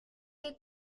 que